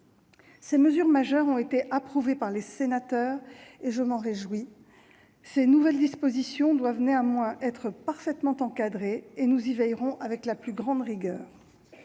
Ces mesures majeures ont été approuvées par les sénateurs et je m'en réjouis. Ces nouvelles dispositions doivent néanmoins être parfaitement encadrées et nous y veillerons avec la plus grande rigueur.